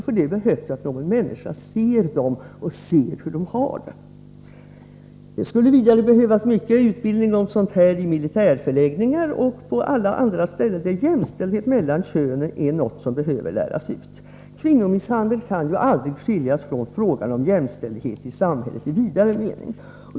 För detta behövs att någon människa ser dem och ser hur de har det. Det skulle vidare behövas mycket utbildning om sådana här frågor i militärförläggningar och på andra ställen där jämställdhet mellan könen behöver läras ut. Kvinnomisshandeln kan ju aldrig skiljas från frågan om jämställdhet i samhället i vidare mening.